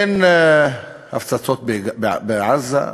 אין הפצצות בעזה,